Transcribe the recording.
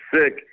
sick